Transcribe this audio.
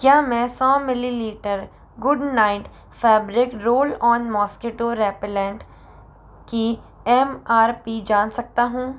क्या मैं सौ millilitre Goodknight fabric roll on mosquito repellent की एम आर पी जान सकता हूँ